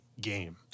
game